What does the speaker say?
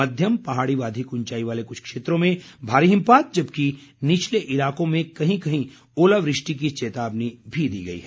मध्यम पहाड़ी व अधिक ऊंचाई वाले कुछ क्षेत्रों में भारी हिमपात जबकि निचले इलाकों में कहीं कहीं ओलावृष्टि की चेतावनी भी दी गई है